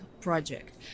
project